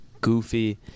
goofy